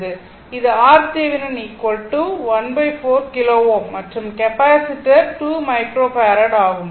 இது RThevenin 14 kilo Ω மற்றும் capacitor 2 microfarad ஆகும்